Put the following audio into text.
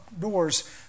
doors